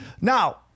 Now